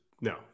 no